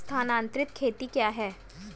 स्थानांतरित खेती क्या है?